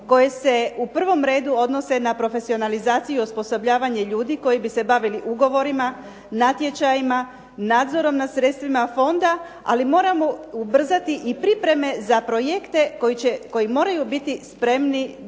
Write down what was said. koje se u prvom redu odnose na profesionalizaciju i osposobljavanje ljudi koji bi se bavili ugovorima, natječajima, nadzorom nad sredstvima fonda ali moramo ubrzati i pripreme za projekte koji moraju biti spremni